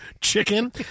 Chicken